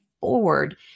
forward